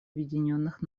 объединенных